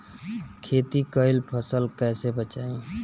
खेती कईल फसल कैसे बचाई?